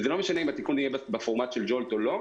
וזה לא משנה אם התיקן יהיה בפורמט של Jolt או לא.